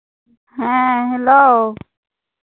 ᱦᱮᱸ ᱦᱮᱞᱳ